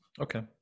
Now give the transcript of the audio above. Okay